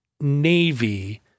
Navy